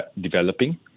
developing